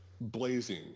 Blazing